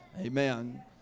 Amen